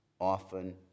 often